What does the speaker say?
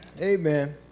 Amen